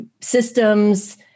systems